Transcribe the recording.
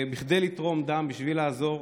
כדי לתרום דם, בשביל לעזור.